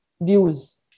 views